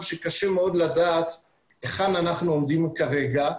שקשה מאוד לדעת היכן אנחנו עומדים כרגע.